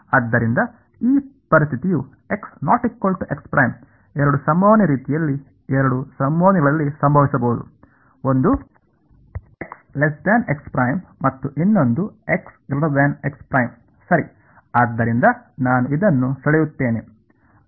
ಆದ್ದರಿಂದ ಈ ಪರಿಸ್ಥಿತಿಯು ಎರಡು ಸಂಭವನೀಯ ರೀತಿಯಲ್ಲಿ ಎರಡು ಸಂಭವನೀಯಗಳಲ್ಲಿ ಸಂಭವಿಸಬಹುದು ಒಂದು ಮತ್ತು ಇನ್ನೊಂದು ಸರಿ ಆದ್ದರಿಂದ ನಾನು ಇದನ್ನು ಸೆಳೆಯುತ್ತೇನೆ